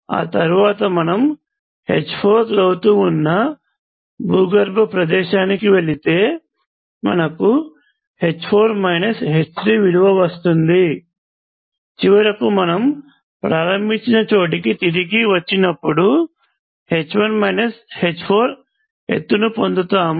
ఆ తరువాత మనము h4 లోతు ఉన్న భూగర్భ ప్రదేశానికి వెళితే మనకు విలువ వస్తుంది చివరకు మనము ప్రారంభించిన చోటికి తిరిగి వచ్చినపుడు ఎత్తును పొందుతాము